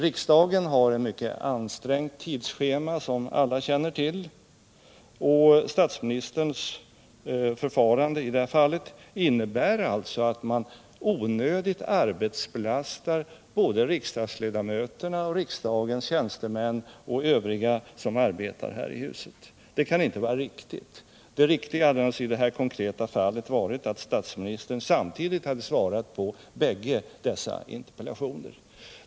Riksdagen har, som alla känner till, ett mycket ansträngt tidsschema. Statsministerns förfarande i detta fall innebär alltså att man onödigt arbetsbelastar både riksdagsledamöterna och riksdagens tjänstemän och övriga som arbetar här i huset. Det kan inte vara riktigt. Det riktiga hade i det här konkreta fallet varit att statsministern samtidigt svarat på bägge dessa interpellationer.